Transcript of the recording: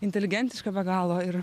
inteligentiška be galo ir